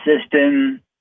system